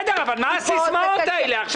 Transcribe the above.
בסדר, אבל מה הסיסמאות האלה עכשיו?